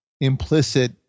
implicit